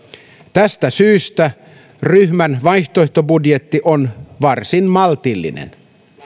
tästä syystä ryhmän vaihtoehtobudjetti on varsin maltillinen